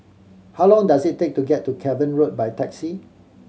how long does it take to get to Cavan Road by taxi